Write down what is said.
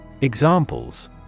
Examples